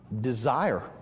desire